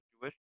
Jewish